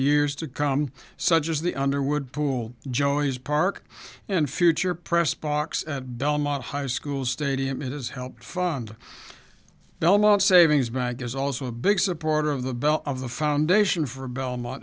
years to come such as the underwood pool joeys park and future press box at belmont high school stadium it has helped fund belmont savings maggie is also a big supporter of the bell of the foundation for belmont